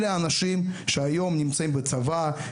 אלה האנשים שהיום נמצאים בצבא,